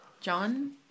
John